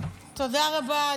תודה רבה.